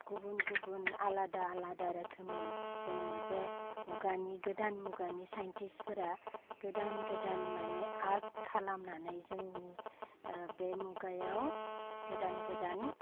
गुबुन गुबुन आलादा आलादा रोखोमनि जोंनि बे मुगानि गोदान मुगानि साइन्टिस फोरा गोदान गोदान मानि आर्ट खालामानानै जोंनि बे मुगायाव गोदान गोदान